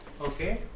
Okay